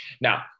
now